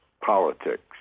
politics